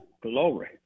Glory